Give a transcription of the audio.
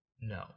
No